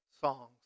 songs